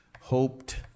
Hoped